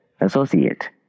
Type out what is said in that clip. associate